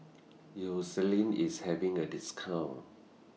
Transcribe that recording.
Eucerin IS having A discount